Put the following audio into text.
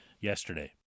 yesterday